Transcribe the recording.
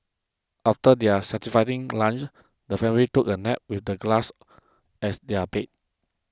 after their satisfying lunch the family took a nap with the grass as their bed